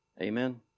Amen